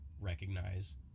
recognize